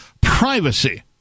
privacy